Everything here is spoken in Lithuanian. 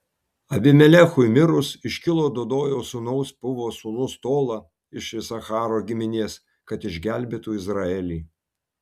abimelechui mirus iškilo dodojo sūnaus pūvos sūnus tola iš isacharo giminės kad išgelbėtų izraelį